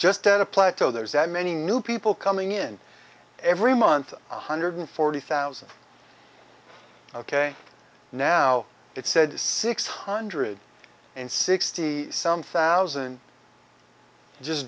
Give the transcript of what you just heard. just at a plateau there's that many new people coming in every month one hundred forty thousand ok now it said six hundred and sixty some thousand just